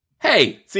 Hey